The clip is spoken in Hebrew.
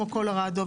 כמו קולורדו,